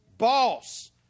boss